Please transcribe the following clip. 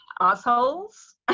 assholes